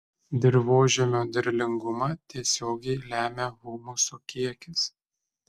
dirvožemio derlingumą tiesiogiai lemia humuso kiekis